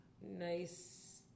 nice